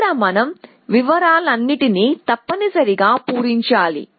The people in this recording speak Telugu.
ఇక్కడ మనం వివరాలన్నింటిని తప్పనిసరిగా పూరించాలి